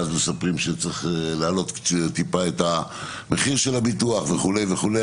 ואז מספרים שצריך להעלות טיפה את המחיר של הביטוח וכו' וכו'.